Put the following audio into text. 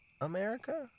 America